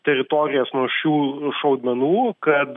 teritorijas nuo šių šaudmenų kad